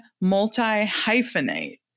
multi-hyphenate